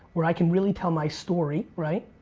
where i can really tell my story, right?